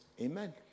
Amen